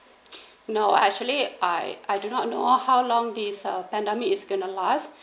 no actually I I do not know how long this uh pandemic is going to last